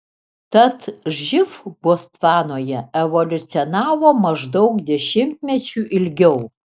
tad živ botsvanoje evoliucionavo maždaug dešimtmečiu ilgiau